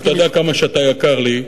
אתה יודע כמה אתה יקר לי,